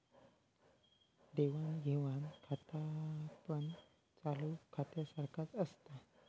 देवाण घेवाण खातापण चालू खात्यासारख्याच असता